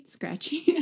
Scratchy